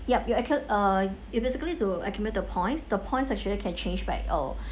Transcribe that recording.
yup you ac~ uh you basically to accumulate the points the points actually can change back or